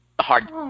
hard